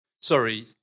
sorry